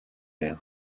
mer